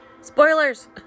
Spoilers